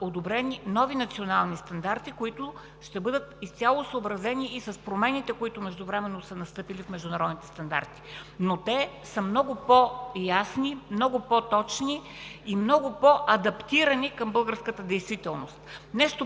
одобрени нови национални стандарти, които ще бъдат изцяло съобразени и с промените, които междувременно са настъпили в международните стандарти, но те са много по-ясни, много по-точни и много по адаптирани към българската действителност.